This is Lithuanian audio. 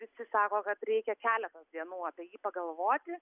visi sako kad reikia keletos dienų apie jį pagalvoti